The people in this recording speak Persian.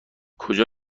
کجا